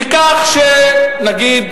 בכך שנניח,